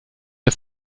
der